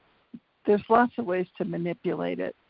there's lots of ways to manipulate it,